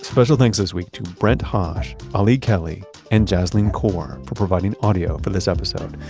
special thanks this week to brent hodge, ah aly kelly and jasleen kaur for providing audio for this episode.